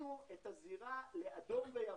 חילקנו את הזירה לאדום וירוק.